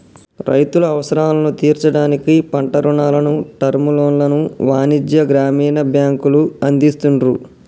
రైతుల అవసరాలను తీర్చడానికి పంట రుణాలను, టర్మ్ లోన్లను వాణిజ్య, గ్రామీణ బ్యాంకులు అందిస్తున్రు